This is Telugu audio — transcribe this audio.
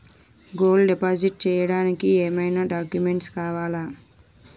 గోల్డ్ డిపాజిట్ చేయడానికి ఏమైనా డాక్యుమెంట్స్ కావాలా?